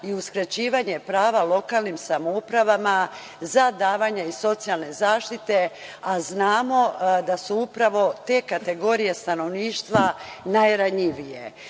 i uskraćivanje prava lokalnim samoupravama za davanje socijalne zaštite, a znamo da su upravo te kategorije stanovništva najranjivije.